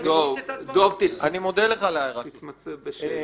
דב, תתמצה בשאלה.